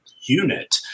unit